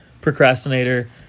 procrastinator